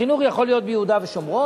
החינוך יכול להיות ביהודה ושומרון,